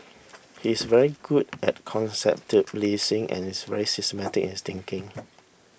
he's very good at conceptualising and is very systematic in his thinking